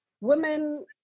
Women